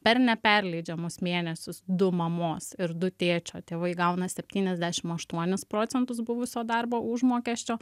per neperleidžiamus mėnesius du mamos ir du tėčio tėvai gauna septyniasdešimt aštuonis procentus buvusio darbo užmokesčio